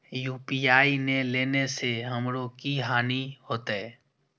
UPI ने लेने से हमरो की हानि होते?